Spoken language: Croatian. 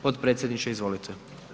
Potpredsjedniče, izvolite.